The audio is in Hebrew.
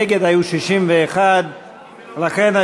נגד היו 61. לכן,